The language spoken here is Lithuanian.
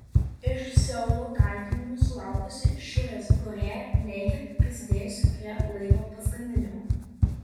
iš seulo kaltinimų sulaukusi šiurės korėja neigia prisidėjusi prie laivo paskandinimo